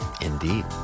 Indeed